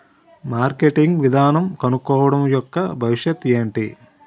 Marketing విధానం కనుక్కోవడం యెక్క భవిష్యత్ ఏంటి?